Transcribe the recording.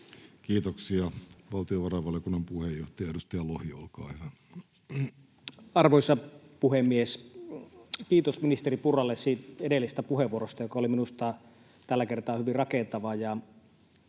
Kiitoksia. — Valtiovarainvaliokunnan puheenjohtaja, edustaja Lohi, olkaa hyvä. Arvoisa puhemies! Kiitos ministeri Purralle siitä edellisestä puheenvuorosta, joka oli minusta tällä kertaa hyvin rakentava.